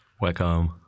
Welcome